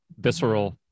visceral